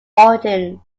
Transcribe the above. origins